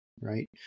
right